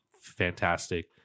fantastic